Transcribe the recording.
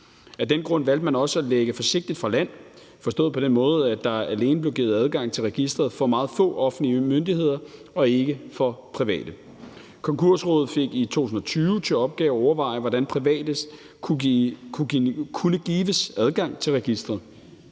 Af den grund valgte man også at lægge forsigtigt fra land, forstået på den måde, at der alene blev givet adgang til registeret for meget få offentlige myndigheder og ikke for private. Konkursrådet fik i 2020 til opgave at overveje, hvordan private kunne gives adgang til registeret.